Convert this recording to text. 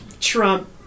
Trump